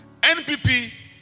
npp